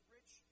rich